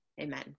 amen